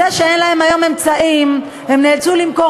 מפני שאין להם היום אמצעים הם נאלצו למכור